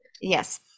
Yes